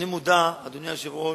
אני מודע, אדוני היושב-ראש,